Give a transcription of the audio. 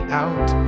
out